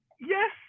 yes